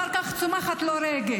אחר כך צומחת לו רגל.